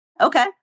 Okay